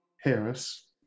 Harris